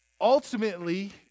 Ultimately